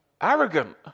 arrogant